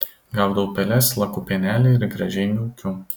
gaudau peles laku pienelį ir gražiai miaukiu